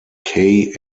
kaye